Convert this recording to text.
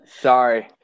Sorry